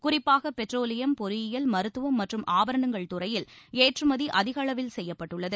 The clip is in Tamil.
குறிப்பாக பெட்ரோலியம் பொறியியல் மருத்துவம் மற்றும் ஆபரணங்கள் துறையில் ஏற்றுமதி அதிக அளவில் செய்யப்பட்டுள்ளது